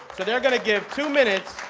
so they're going to give two minutes